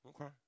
Okay